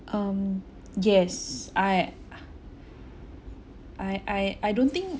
um yes I I I I don't think